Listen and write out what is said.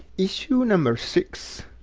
issue number six,